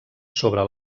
sobre